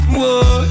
Whoa